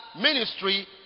ministry